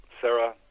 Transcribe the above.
Sarah